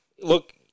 Look